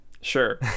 sure